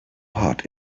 hot